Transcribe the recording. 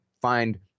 find